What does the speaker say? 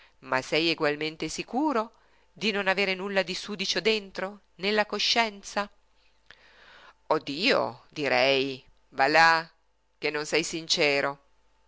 ma sei ugualmente sicuro di non aver nulla di sudicio dentro nella coscienza oh dio direi va là che non sei sincero